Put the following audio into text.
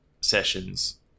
Sessions